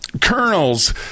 colonels